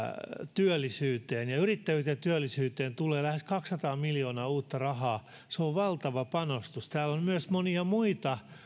työllisyyteen ja yrittäjyyteen ja työllisyyteen tulee lähes kaksisataa miljoonaa uutta rahaa se on valtava panostus täällä on myös monia muita